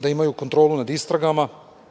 da imaju kontrolu nad istragama